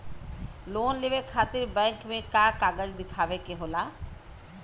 Loan लेवे खातिर bank मे का कागजात दिखावे के होला?